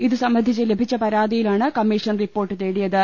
ഇതുസംബ ന്ധിച്ച് ലഭിച്ച പരാതിയിലാണ് കമ്മീഷൻ റിപ്പോർട്ട് തേടിയത്